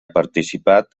participat